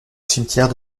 cimetière